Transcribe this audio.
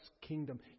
kingdom